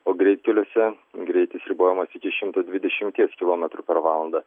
o greitkeliuose greitis ribojamas iki šimto dvidešimties kilometrų per valandą